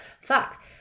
fuck